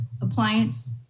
appliance